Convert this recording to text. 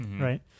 right